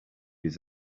his